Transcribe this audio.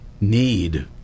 need